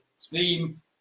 theme